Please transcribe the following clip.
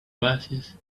oasis